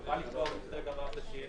כרגע אמרת שיש